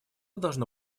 должно